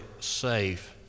safe